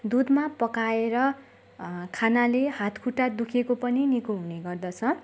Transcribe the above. दुधमा पकाएर खानले हात खुट्टा दुःखेको पनि निको हुने गर्दछ